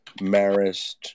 Marist